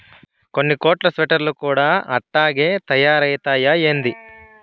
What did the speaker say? ఉన్ని కోట్లు స్వెటర్లు కూడా అట్టాగే తయారైతయ్యా ఏంది